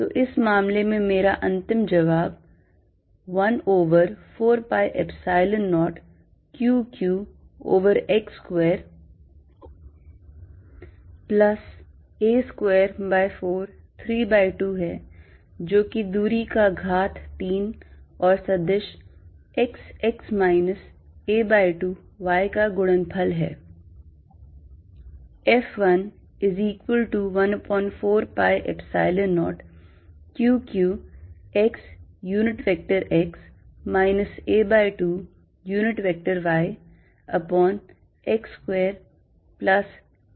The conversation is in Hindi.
तो इस मामले में मेरा अंतिम जवाब 1 over 4 pi epsilon 0 Q q over x square plus a square by 4 3 by 2 है जो कि दूरी का घात 3 और सदिश x x minus a by 2 y का गुणनफल है